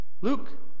Luke